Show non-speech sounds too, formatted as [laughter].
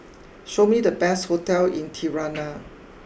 [noise] show me the best Hotel in Tirana